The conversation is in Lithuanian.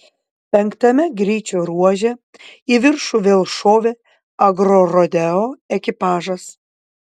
penktame greičio ruože į viršų vėl šovė agrorodeo ekipažas